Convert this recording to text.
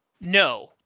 No